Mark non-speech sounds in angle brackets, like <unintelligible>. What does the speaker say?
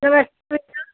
<unintelligible>